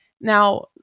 Now